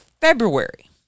February